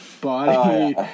body